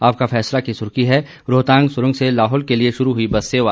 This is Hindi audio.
आपका फैसला की सुर्खी है रोहतांग सुरंग से लाहुल के लिए शुरू हुई बस सेवा